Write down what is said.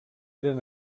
eren